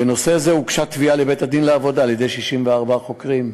בנושא זה הוגשה תביעה לבית-הדין לעבודה על-ידי 64 חוקרים.